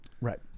Right